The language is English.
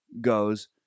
goes